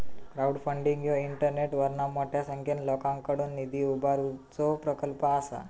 crowdfunding ह्यो इंटरनेटवरना मोठ्या संख्येन लोकांकडुन निधी उभारुचो प्रकल्प असा